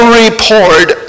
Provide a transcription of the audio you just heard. report